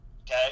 okay